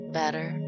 better